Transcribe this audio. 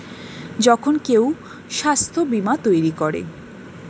যখন কেউ স্বাস্থ্য বীমা তৈরী করে